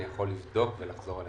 אני יכול לבדוק ולחזור אליך.